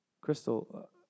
Crystal